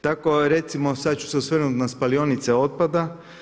Tako recimo sad ću se osvrnuti na spalionice otpada.